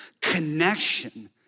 connection